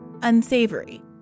unsavory